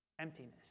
Emptiness